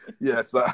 Yes